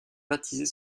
baptiser